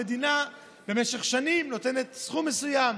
המדינה במשך שנים נותנת סכום מסוים,